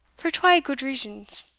for twa gude reasons,